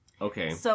Okay